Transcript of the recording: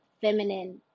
feminine